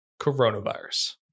Coronavirus